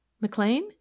McLean